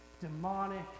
demonic